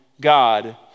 God